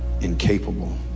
incapable